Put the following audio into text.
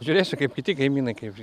žiūrėsiu kaip kiti kaimynai kaip